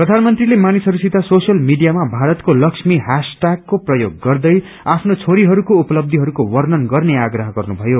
प्रधानमन्त्रीले मानिसहस्सित सोशल मीडियामा भारतको लस्मी हैश्रटयागको प्रयोग गर्दै आफ्नो छेरीहरूको उपलब्बीहरूको वर्णन गर्ने आप्रह गर्नुथयो